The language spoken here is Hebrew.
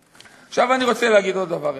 עכשיו אני רוצה להגיד עוד דבר אחד.